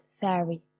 fairy